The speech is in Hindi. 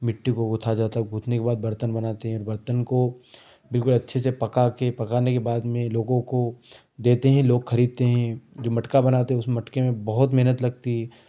मिट्टी को गूथा जाता है गूथने के बाद बर्तन बनाते हैं और बर्तन को बिलकुल अच्छे से पकाके पकाने के बाद में लोगों को देते हैं लोग खरीदते हैं जो मटका बनाते हैं उस मटके में बहुत मेहनत लगती है